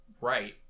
right